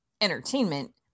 entertainment